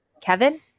Kevin